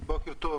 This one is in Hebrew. בוקר טוב.